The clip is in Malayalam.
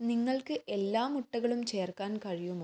നിങ്ങൾക്ക് എല്ലാ മുട്ടകളും ചേർക്കാൻ കഴിയുമോ